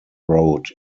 road